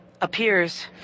appears